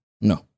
No